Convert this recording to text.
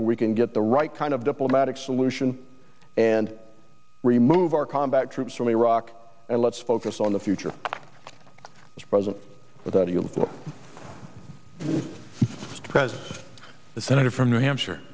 we can get the right kind of diplomatic solution and remove our combat troops from iraq and let's focus on the future present with the prez the senator from new hampshire